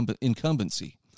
incumbency